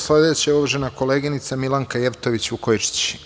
Sledeća je uvažena koleginica Milanka Jevtović Vukojičić.